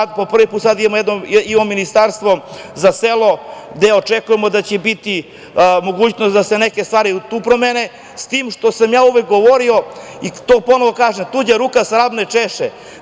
Sad, po prvi put imamo jedno Ministarstvo za selo gde očekujemo da će biti mogućnosti da se neke stvari tu promene, s tim, što sam ja uvek govorio i to ponovo kažem – tuđa ruka svrab ne češe.